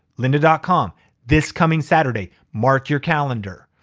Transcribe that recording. lynda dot com this coming saturday, mark your calendar.